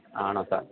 ആണോ സാർ